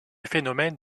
phénomène